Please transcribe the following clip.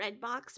Redbox